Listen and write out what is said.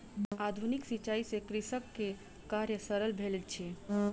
आधुनिक सिचाई से कृषक के कार्य सरल भेल अछि